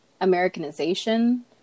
Americanization